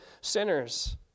sinners